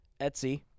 Etsy